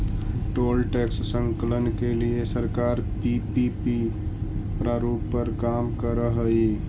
toll tax संकलन के लिए सरकार पीपीपी प्रारूप पर काम करऽ हई